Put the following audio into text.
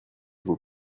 vous